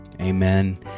Amen